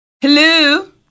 Hello